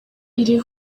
iri